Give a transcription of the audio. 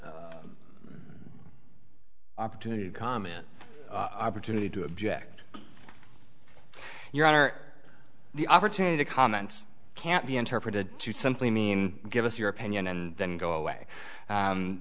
opportunity comment opportunity to object your honor the opportunity to comment can't be interpreted to simply mean give us your opinion and then go away